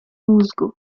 mózgu